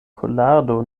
kolardo